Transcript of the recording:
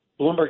Bloomberg